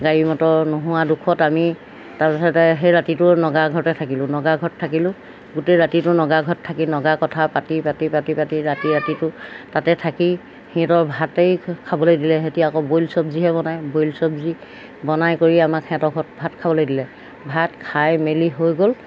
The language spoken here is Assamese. গাড়ী মটৰ নোহোৱা দুখত আমি তাৰপিছতে সেই ৰাতিটো আৰু নগা ঘৰতে থাকিলোঁ নগা ঘৰত থাকিলোঁ গোটেই ৰাতিটো নগা ঘৰত থাকি নগা কথা পাতি পাতি পাতি পাতি ৰাতি ৰাতিটো তাতে থাকি সিহঁতৰ ভাতেই খাবলৈ দিলে সিহঁতিয়ে আকৌ বইল চব্জিহে বনায় বইল চব্জি বনাই কৰি আমাক সিহঁতৰ ঘৰত ভাত খাবলৈ দিলে ভাত খাই মেলি হৈ গ'ল